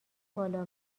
بالا